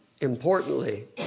importantly